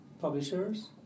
publishers